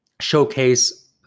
showcase